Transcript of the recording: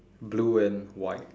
blue and white